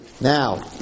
Now